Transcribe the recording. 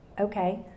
okay